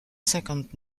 cinquante